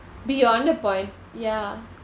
beyond the point ya